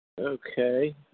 Okay